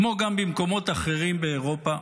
כמו גם במקומות אחרים באירופה.